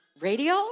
radio